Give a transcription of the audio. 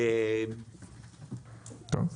טוב.